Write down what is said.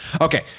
Okay